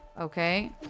Okay